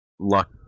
Luck